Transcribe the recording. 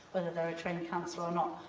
they're a trained counsellor or not,